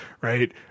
right